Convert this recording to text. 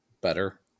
better